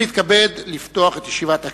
אני מתכבד לפתוח את ישיבת הכנסת.